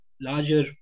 larger